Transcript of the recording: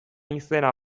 izena